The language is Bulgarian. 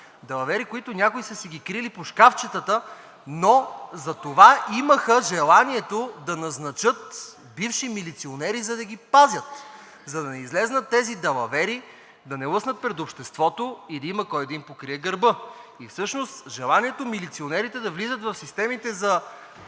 Далавери, които някои са си ги криели по шкафчетата. Но затова имаха желанието да назначат бивши милиционери, за да ги пазят, за да не излязат тези далавери, да не лъснат пред обществото и да има кой да им покрие гърба. И всъщност желанието милиционерите да влизат в системите за